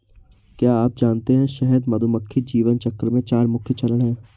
क्या आप जानते है शहद मधुमक्खी जीवन चक्र में चार मुख्य चरण है?